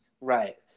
Right